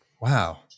Wow